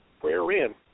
wherein